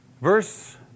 Verse